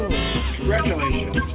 Congratulations